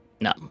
No